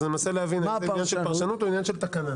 אז אני מנסה להבין האם זה עניין של פרשנות או עניין של תקנה.